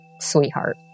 sweetheart